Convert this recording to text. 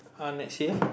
uh next year